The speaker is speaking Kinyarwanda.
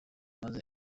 maze